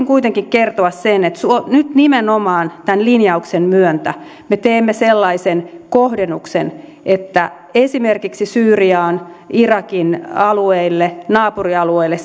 kuitenkin kertoa sen että nyt nimenomaan tämän linjauksen myötä me teemme sellaisen kohdennuksen että esimerkiksi syyriaan ja irakin alueille naapurialueille